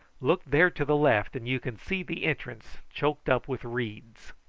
look there to the left, and you can see the entrance choked up with reeds.